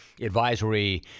advisory